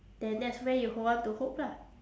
then that's where you hold on to hope lah